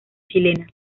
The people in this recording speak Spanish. chilena